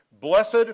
Blessed